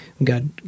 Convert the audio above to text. God